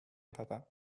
papa